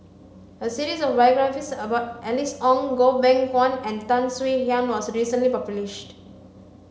a series of biographies about Alice Ong Goh Beng Kwan and Tan Swie Hian was recently published